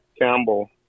Campbell